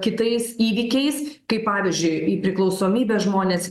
kitais įvykiais kai pavyzdžiui į priklausomybę žmonės